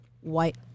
white